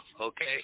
okay